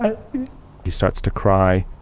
ah he starts to cry